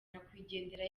nyakwigendera